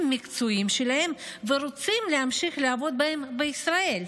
מקצועיים שלהם ורוצים להמשיך לעבוד בהם בישראל.